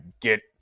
get